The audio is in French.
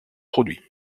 produits